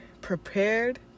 prepared